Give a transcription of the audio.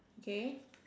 okay